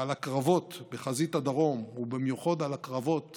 על הקרבות בחזית הדרום, ובמיוחד על הקרבות